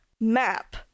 map